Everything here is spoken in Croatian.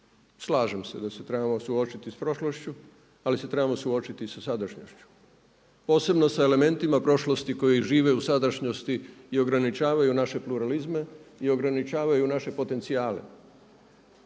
Slažem se da se trebamo suočiti sa prošlošću, ali se trebamo suočiti i sa sadašnjošću posebno sa elementima prošlosti koji žive u sadašnjosti i ograničavaju naše pluralizme i ograničavaju naše potencijale.